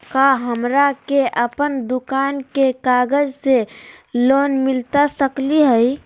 का हमरा के अपन दुकान के कागज से लोन मिलता सकली हई?